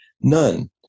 none